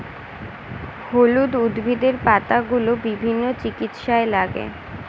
হলুদ উদ্ভিদের পাতাগুলো বিভিন্ন চিকিৎসায় লাগে